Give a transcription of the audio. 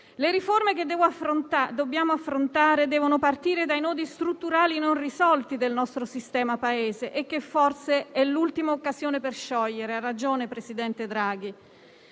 Le riforme che dobbiamo affrontare devono partire dai nodi strutturali non risolti del nostro sistema Paese, che forse è l'ultima occasione per sciogliere, ha ragione, presidente Draghi.